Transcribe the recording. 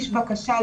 נפתחה.